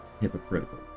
hypocritical